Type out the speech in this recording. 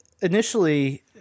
initially